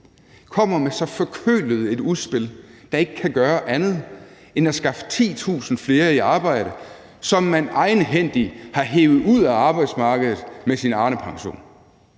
kommer med så forkølet et udspil, der ikke kan gøre andet end at skaffe 10.000 flere i arbejde, som man egenhændigt har hevet ud af arbejdsmarkedet med sin Arnepension.